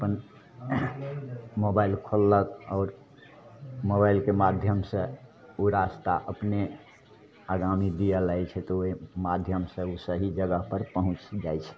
अपन मोबाइल खोललक आओर मोबाइलके माध्यमसे ओ रास्ता अपने आगामी दिअऽ लागै छै तऽ ओहि माध्यमसे ओ सही जगहपर पहुँच जाइ छै